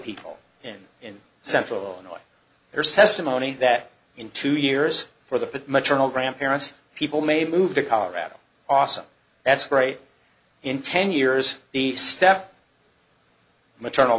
people in in central and there's testimony that in two years for the maternal grandparents people may move to colorado awesome that's great in ten years the step maternal